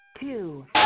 two